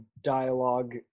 dialogue